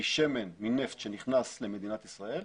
משמן ומנפט שנכנס למדינת ישראל,